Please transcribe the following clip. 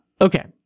Okay